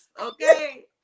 Okay